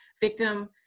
victim